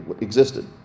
existed